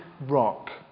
Rock